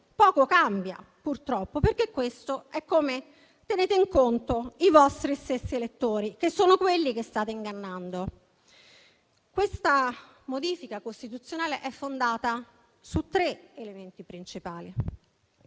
poco cambia perché questo è come tenete in conto i vostri stessi elettori, che sono quelli che state ingannando. Questa modifica costituzionale è fondata su tre elementi principali: